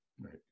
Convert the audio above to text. Right